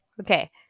Okay